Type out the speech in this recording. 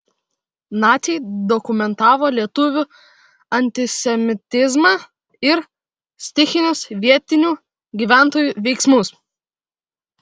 naciai dokumentavo lietuvių antisemitizmą ir stichinius vietinių gyventojų veiksmus